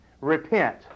Repent